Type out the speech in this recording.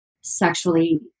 sexually